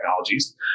technologies